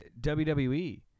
WWE